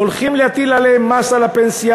הולכים להטיל עליהם מס על הפנסיה,